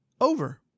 over